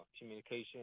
communication